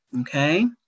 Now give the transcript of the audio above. okay